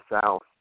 South